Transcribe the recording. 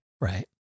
right